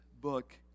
book